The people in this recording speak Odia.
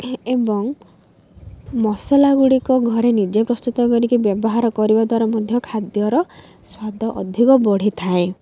ଏବଂ ମସଲା ଗୁଡ଼ିକ ଘରେ ନିଜେ ପ୍ରସ୍ତୁତ କରିକି ବ୍ୟବହାର କରିବା ଦ୍ୱାରା ମଧ୍ୟ ଖାଦ୍ୟର ସ୍ୱାଦ ଅଧିକ ବଢ଼ିଥାଏ